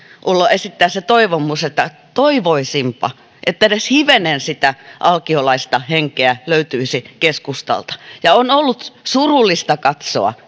esittää se toivomus että toivoisinpa että edes hivenen sitä alkiolaista henkeä löytyisi keskustalta on ollut surullista katsoa